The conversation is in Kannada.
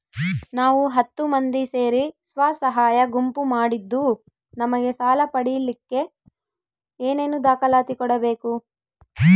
ನಾವು ಹತ್ತು ಮಂದಿ ಸೇರಿ ಸ್ವಸಹಾಯ ಗುಂಪು ಮಾಡಿದ್ದೂ ನಮಗೆ ಸಾಲ ಪಡೇಲಿಕ್ಕ ಏನೇನು ದಾಖಲಾತಿ ಕೊಡ್ಬೇಕು?